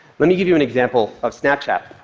let me give you an example of snapchat.